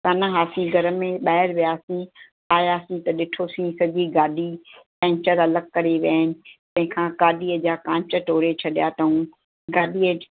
त न हुआसीं घर में ॿाहिरि वियासीं आयासीं त ॾिठोसीं सॼी गाॾी पेंचर अलॻि करे विया आहिनि तंहिं खां गाॾीअ जा कांच टोड़े छॾिया अथऊं गाॾीअ